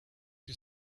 you